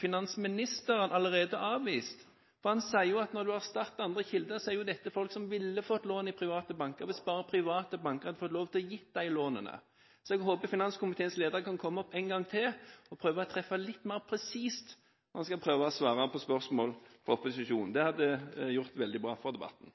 finansministeren allerede avvist, for han sier at når en erstatter andre kilder, er jo dette folk som ville fått lån i private banker hvis bare private banker hadde fått lov til å gi de lånene. Så jeg håper finanskomiteens leder kan komme opp en gang til og prøve å treffe litt mer presist når han skal prøve å svare på spørsmål fra opposisjonen. Det hadde vært veldig bra for debatten.